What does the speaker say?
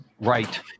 right